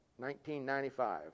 1995